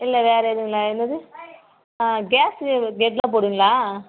இல்லை வேறு எதுவும் இல்லை என்னது ஆ கேஸு கேடெலாம் போடுவீங்களா